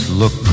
look